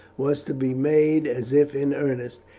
was to be made as if in earnest,